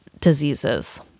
diseases